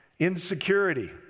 Insecurity